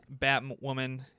Batwoman